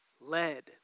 led